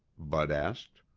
bud asked.